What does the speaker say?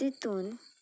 तितून